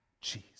Jesus